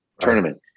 tournament